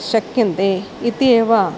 शक्यन्ते इति एव